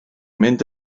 mynd